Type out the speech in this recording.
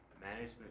management